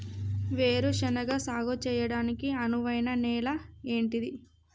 వేరు శనగ సాగు చేయడానికి అనువైన నేల ఏంటిది?